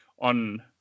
on